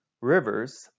rivers